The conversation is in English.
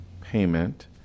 payment